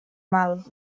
mal